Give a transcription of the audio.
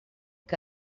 que